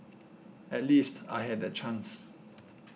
at least I had that chance